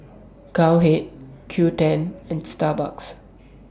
Cowhead Qoo ten and Starbucks